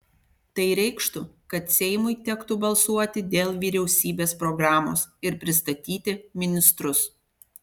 tai reikštų kad seimui tektų balsuoti dėl vyriausybės programos ir pristatyti ministrus